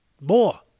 more